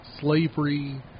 slavery